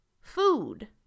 food